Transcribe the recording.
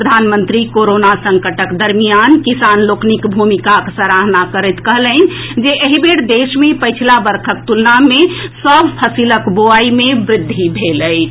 प्रधानमंत्री कोरोना संकटक दरमियान किसान लोकनिक भूमिकाक सराहना करैत कहलनि जे एहि बेर देश मे पछिला वर्षक तुलना मे सभ फसिलक बोआई मे वृद्धि भेल अछि